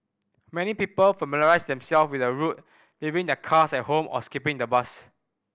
many people familiarised themselves with the route leaving their cars at home or skipping the bus